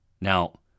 Now